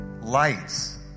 Lights